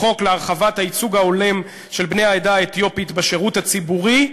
החוק להרחבת הייצוג ההולם של בני העדה האתיופית בשירות הציבורי,